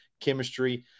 chemistry